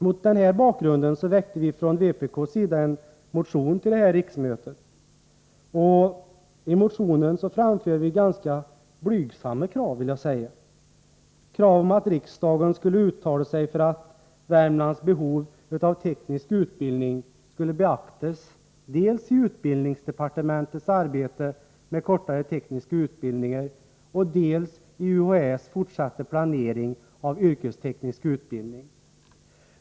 Mot denna bakgrund väckte vi från vpk:s sida en motion till detta riksmöte. I motionen framför vi ganska blygsamma krav om att riksdagen skulle uttala sig för att Värmlands behov av teknisk utbildning skulle beaktas dels i utbildningsdepartementets arbete med kortare tekniska utbildningar, dels i UHÄ:s fortsatta planering av yrkesteknisk utbildning.